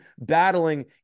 battling